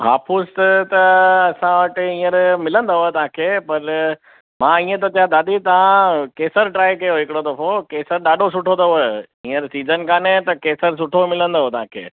हापुस त त असां वटि हींअर मिलंदव तव्हांखे भले मां ईअं थो चवां दादी तव्हां केसर ट्राय कयो हिकिड़ो दफ़ो केसर ॾाढो सुठो अथव हींअर सीज़न कोन्हे त केसर सुठो मिलंदव तव्हांखे